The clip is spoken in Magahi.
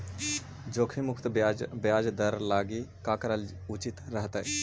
जोखिम मुक्त ब्याज दर लागी का करल उचित रहतई?